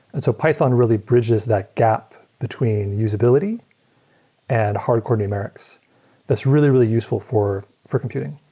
and so python really bridges that gap between usability and hardcore numeric so that's really, really useful for for computing.